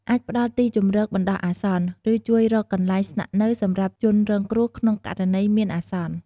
អាចផ្តល់ទីជម្រកបណ្តោះអាសន្ន ឬជួយរកកន្លែងស្នាក់នៅសម្រាប់ជនរងគ្រោះក្នុងករណីមានអាសន្ន។